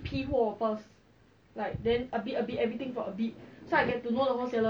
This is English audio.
orh ya okay they got a lot of the